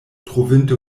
trovinte